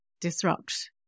disrupt